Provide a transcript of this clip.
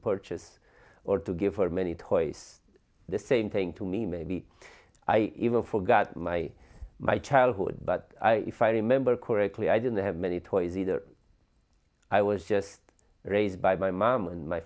purchase or to give her many toys the same thing to me maybe i even forgot my my childhood but if i remember correctly i didn't have many toys either i was just raised by my mom and my